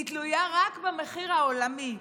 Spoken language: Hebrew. היא תלויה רק במחיר העולמי,